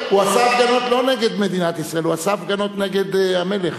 לא נגד מדינת ישראל, הוא עשה הפגנות נגד המלך